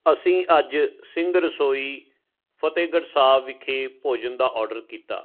ਅਸੀਂ ਅੱਜ ਸਿੰਘ ਰਸੋਈ ਫਤਿਹਗੜ੍ਹ ਸਾਹਿਬ ਵਿਖੇ ਭੋਜਨ ਦਾ ਔਡਰ ਕੀਤਾ